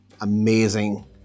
amazing